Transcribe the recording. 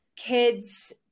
kids